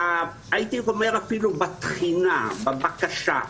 הייתי אומר אפילו בתחינה, בבקשה.